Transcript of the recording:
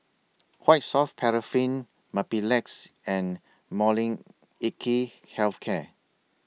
Quite Soft Paraffin Mepilex and Molnylcke Health Care